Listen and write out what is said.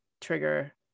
trigger